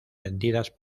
vendidas